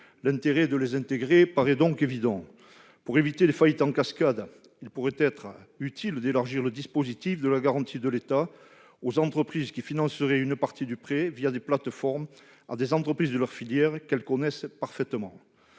L'intérêt de les intégrer paraît donc évident. Pour éviter des faillites en cascade, il pourrait être utile d'élargir le dispositif de la garantie de l'État aux entreprises qui financeraient une partie du prêt, des plateformes, à des entreprises de leur filière qu'elles connaissent parfaitement.